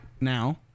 now